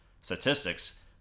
statistics